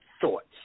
thoughts